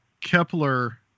Kepler